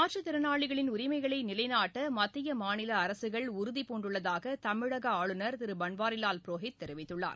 மாற்றுத்திறனாளிகளின் உரிமைகளை நிலைநாட்ட மத்திய மாநில அரசுகள் உறுதிபூண்டுள்ளதாக தமிழக ஆளுநர் திரு பன்வாரிவால் புரோஹித் தெரிவித்துள்ளார்